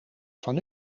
van